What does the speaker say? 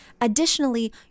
additionally